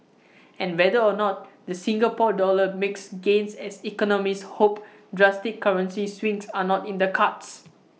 and whether or not the Singapore dollar makes gains as economists hope drastic currency swings are not in the cards